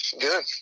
Good